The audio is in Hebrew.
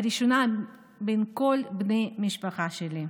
הראשונה מבין כל בני המשפחה שלי.